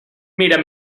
mira